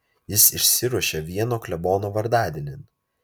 jis išsiruošė vieno klebono vardadienin